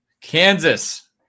Kansas